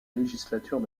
législature